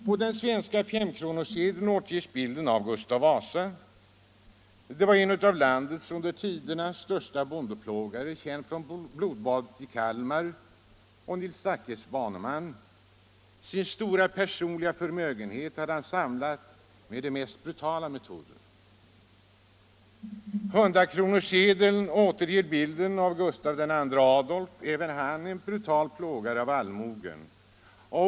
På den svenska S-kronorssedeln återges bilden av Gustav Vasa, en av landets genom tiderna största bondeplågare, känd från blodbadet i Kalmar, och Nils Dackes baneman. Sin stora personliga förmögenhet hade han samlat med de mest brutala metoder. 100-kronorssedeln återger bilden av Gustav II Adolf, även han en brutal plågare av allmogen.